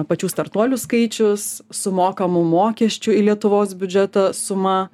pačių startuolių skaičius sumokamų mokesčių į lietuvos biudžetą suma